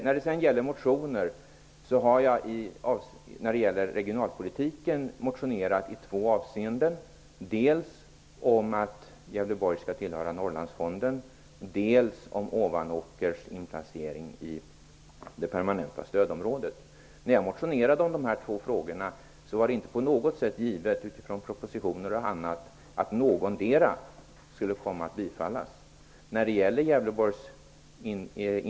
När det gäller regionalpolitiken har jag motionerat i två frågor. Det gäller att Gävleborg skall tillhöra Norrlandsfonden och att Ovanåker skall inplaceras i det permanenta stödområdet. När jag motionerade i dessa två frågor var det inte på något sätt givet -- utifrån propositionen och annat -- att någon av dem skulle komma att bifallas.